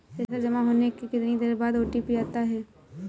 पैसा जमा होने के कितनी देर बाद ओ.टी.पी आता है?